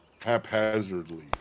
haphazardly